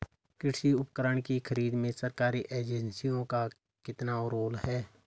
कृषि उपकरण की खरीद में सरकारी एजेंसियों का कितना रोल है?